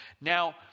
Now